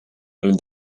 olid